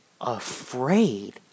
afraid